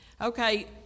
Okay